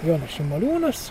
jonas šimoliūnas